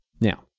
Now